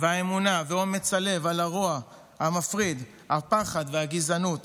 האמונה ואומץ הלב על הרוע המפריד, הפחד והגזענות.